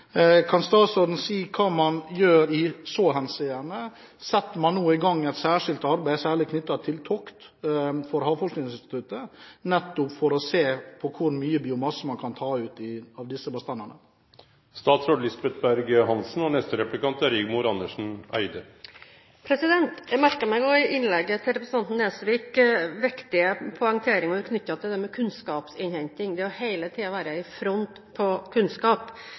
Kan statsråden si hva man gjør i så henseende? Setter man nå i gang et særskilt arbeid knyttet til tokt for Havforskningsinstituttet for å se på hvor mye biomasse man kan ta ut av disse bestandene? Jeg merket meg i innlegget til representanten Nesvik viktige poengteringer knyttet til kunnskapsinnhenting – det hele tiden å være i front på kunnskap. Derfor ser jeg også fram til debatten om forskningsdelen av mitt budsjett. Jeg er klar over at det